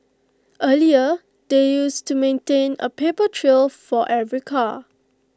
earlier they used to maintain A paper trail for every car